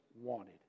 wanted